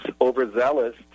overzealous